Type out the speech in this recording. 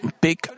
big